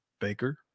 Baker